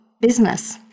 business